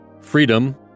freedom